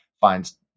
finds